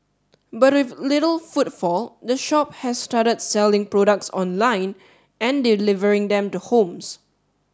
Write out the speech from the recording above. but with little footfall the shop has started selling products online and delivering them to homes